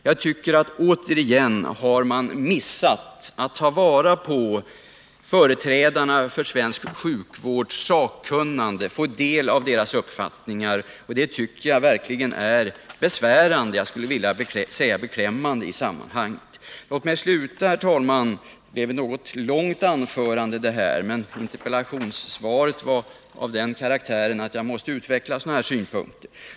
Jag tycker att man återigen har missat möjligheten att ta vara på sakkunskapen hos företrädarna för svensk sjukvård genom att inte höra deras uppfattning. Detta tycker jag verkligen är besvärande — jag skulle t.o.m. vilja säga beklämmande. Det blev ett något långt anförande, herr talman, men interpellationssvaret var av den karaktären att jag måste utveckla sådana här synpunkter.